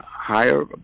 higher